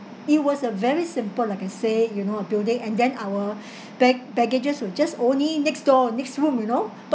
it was a very simple like I say you know a building and then our bag~ baggages were just only next door next room you know